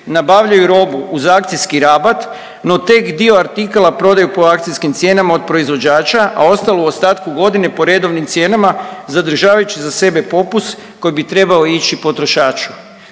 nabavljaju robu uz akcijski rabat, no tek dio artikala prodaju po akcijskim cijena od proizvođača, a ostalo u ostatku godine po redovnim cijenama zadržavajući za sebe poput koji bi trebao ići potrošaču.